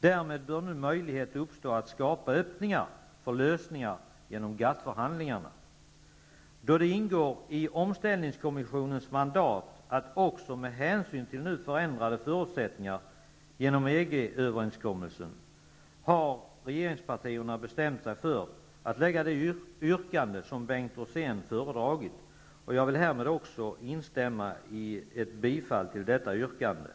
Därmed bör nu möjlighet uppstå att skapa öppningar för lösningar genom GATT-förhandlingarna. Då det ingår i omställningskommissionens mandat att också ta hänsyn till nu förändrade förutsättningar genom EG-överenskommelsen, har regeringspartierna bestämt sig för att ställa det yrkande som Bengt Rosén föredragit. Jag vill härmed instämma i hemställan om bifall till det yrkandet.